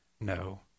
No